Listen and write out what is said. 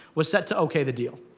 was set to ok the deal.